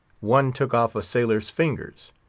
one took off a sailor's fingers.